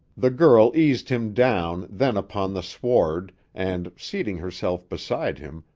the girl eased him down then upon the sward, and, seating herself beside him,